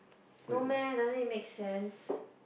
no meh doesn't it make sense